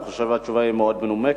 אני חושב שהתשובה היא מאוד מנומקת,